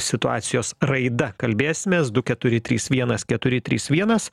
situacijos raida kalbėsimės du keturi trys vienas keturi trys vienas